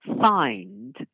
find